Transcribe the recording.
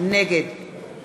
נגד